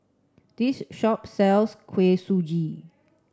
this shop sells Kuih Suji